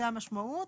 זו המשמעות,